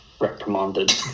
reprimanded